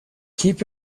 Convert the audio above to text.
keep